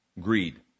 Greed